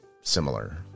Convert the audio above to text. similar